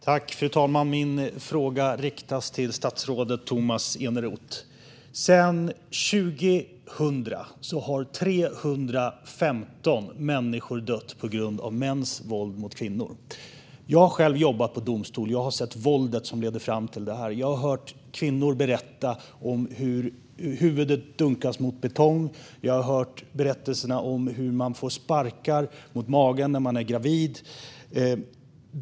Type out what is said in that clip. Fru talman! Min fråga riktas till statsrådet Tomas Eneroth. Sedan 2000 har 315 människor dött på grund av mäns våld mot kvinnor. Jag har själv jobbat på domstol. Jag har sett våldet som leder fram till det här. Jag har hört kvinnor berätta om hur huvudet dunkas mot betong. Jag har hört berättelserna om hur man får sparkar mot magen när man är gravid.